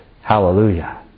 Hallelujah